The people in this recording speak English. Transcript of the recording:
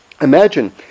Imagine